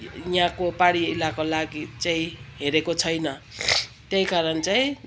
यहाँको पाहाडी इलाकाको लागि चाहिँ हेरेको छैन त्यही कारण चाहिँ